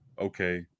okay